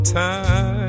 time